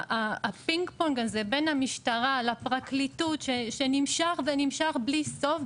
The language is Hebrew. ה"פינג-פונג" הזה בין המשטרה לפרקליטות שנמשך ונמשך בלי סוף,